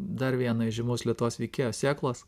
dar vieno įžymaus lietuvos veikėjo sėklos